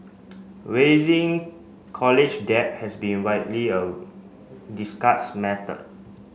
raising college debt has been widely a discussed matter